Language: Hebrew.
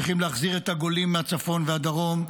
צריכים להחזיר את הגולים מהצפון ומהדרום -- תודה.